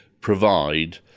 provide